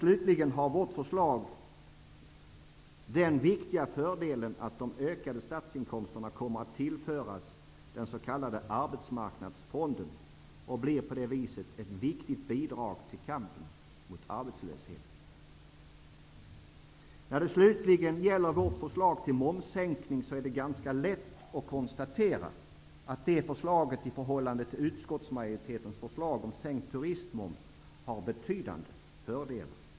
Slutligen har vårt förslag den viktiga fördelen att de ökade statsinkomsterna kommer att tillföras arbetsmarknadsfonden och blir på det viset ett viktigt bidrag till kampen mot arbetslösheten. När det slutligen gäller vårt förslag till momssänkning är det ganska lätt att konstatera, att det förslaget i förhållande till utskottsmajoritetens förslag om sänkt turistmoms har betydande fördelar.